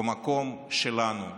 במקום שלנו,